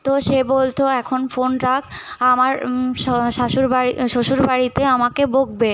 তো সে বলতো এখন ফোন রাখ আমার স শাশুরবাড়ি শ্বশুরবাড়িতে আমাকে বকবে